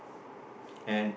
and